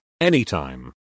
anytime